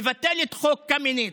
לבטל את חוק קמיניץ,